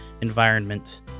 environment